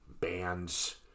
Bands